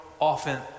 often